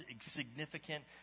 significant